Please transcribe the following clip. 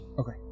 Okay